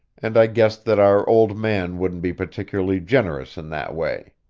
and i guessed that our old man wouldn't be particularly generous in that way.